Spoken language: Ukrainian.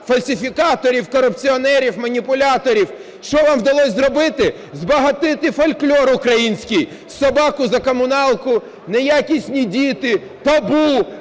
фальсифікаторів, корупціонерів, маніпуляторів. Що вам вдалось зробити? Збагатити фольклор український: "собаку за комуналку", "неякісні діти", "табу",